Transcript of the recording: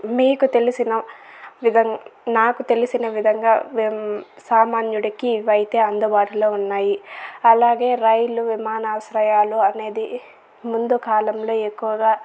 మీకు తెలిసిన విధ నాకు తెలిసిన విధంగా విధం సామాన్యుడికి ఇవైతే అందుబాటులో ఉన్నాయి అలాగే రైళ్ళు విమానాశ్రయాలు అనేది ముందు కాలంలో ఎక్కువగా